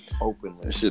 Openly